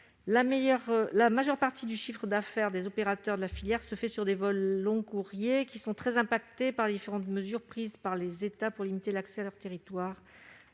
La majeure partie du chiffre d'affaires des opérateurs de la filière se fait sur des vols long-courriers qui sont très touchés par les différentes mesures prises par les États pour limiter l'accès à leur territoire,